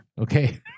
Okay